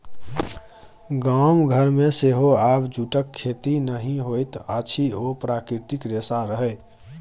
गाम घरमे सेहो आब जूटक खेती नहि होइत अछि ओ प्राकृतिक रेशा रहय